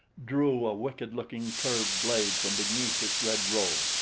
drew a wicked-looking curved blade from beneath its red robe,